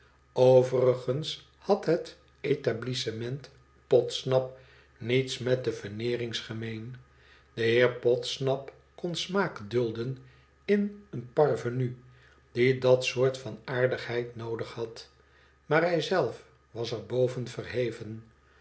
overigens had het etablissement podsnap niets met de veneerings gemeen de heer podsnap kon smaak dulden in een parvenu die dat soort van aardigheid noodig had maar hij zelf was er boven verheven